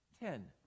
Ten